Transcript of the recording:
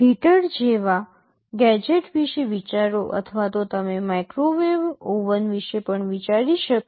heater જેવા gadget વિશે વિચારો અથવા તો તમે માઇક્રોવેવ ઓવન વિશે પણ વિચારી શકો